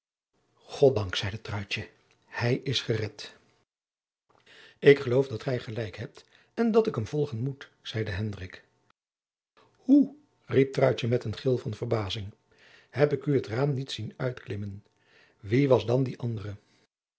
god dank zeide truitje hij is gered ik geloof dat gij gelijk hebt en dat ik hem volgen moet zeide hendrik hoe riep truitje met een gil van verbazing heb ik u het raam niet zien uitklimmen wie was dan die andere